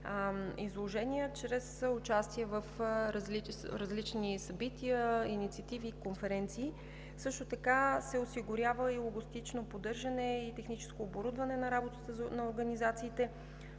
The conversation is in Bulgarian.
изложения чрез участие в различни събития, инициативи и конференции. Също така се осигурява и логистично поддържане и техническо оборудване на работата на организациите,